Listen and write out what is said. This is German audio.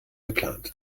geplant